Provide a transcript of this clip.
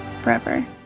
forever